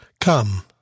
Come